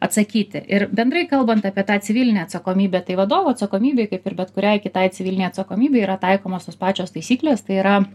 atsakyti ir bendrai kalbant apie tą civilinę atsakomybę tai vadovo atsakomybei kaip ir bet kuriai kitai civilinei atsakomybei yra taikomos tos pačios taisyklės tai yra